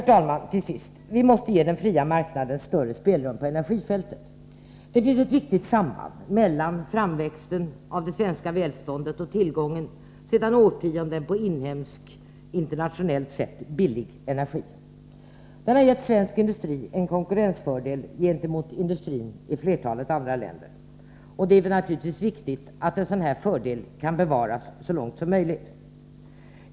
Till sist, herr talman: Vi måste ge den fria marknaden större spelrum på energifältet. Det finns ett viktigt samband mellan framväxten av det svenska välståndet och tillgången sedan årtionden på inhemsk, internationellt sett billig energi. Den har gett svensk industri en konkurrensfördel gentemot industrin i flertalet andra länder, och det är naturligtvis viktigt att en sådan fördel kan bevaras så långt som möjligt.